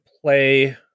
play